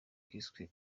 kiswe